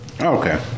Okay